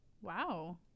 Wow